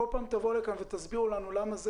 וכל פעם תבואו לכאן ותסבירו לנו למה זה